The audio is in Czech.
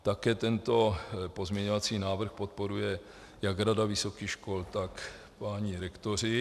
Také tento pozměňovací návrh podporuje jak Rada vysokých škol, tak páni rektoři.